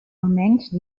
almenys